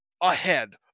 ahead